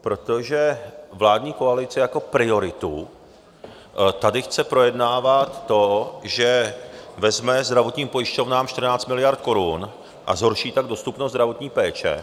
Protože vládní koalice jako prioritu tady chce projednávat to, že vezme zdravotním pojišťovnám 14 miliard korun, a zhorší tak dostupnost zdravotní péče.